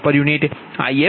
565j p